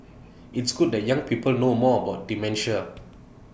it's good that young people know more about dementia